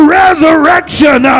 resurrection